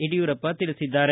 ಯಡಿಯೂರಪ್ಪ ತಿಳಿಸಿದ್ದಾರೆ